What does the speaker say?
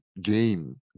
game